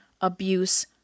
abuse